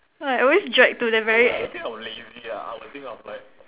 I always drag to the very e~